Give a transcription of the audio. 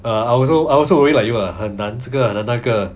ah I also I also worry like you ah 很难这个很那个